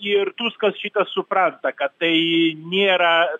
ir tuskas šitą supranta kad tai nėra